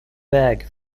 väg